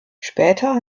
später